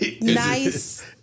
nice